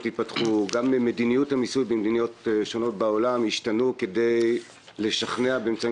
התפתחו וגם מדיניות המיסוי במדינות שונות בעולם השתנתה כדי לשכנע באמצעים